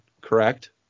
correct